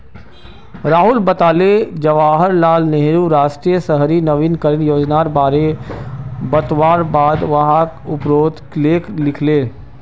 राहुल बताले जवाहर लाल नेहरूर राष्ट्रीय शहरी नवीकरण योजनार बारे बतवार बाद वाक उपरोत लेख लिखले